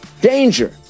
danger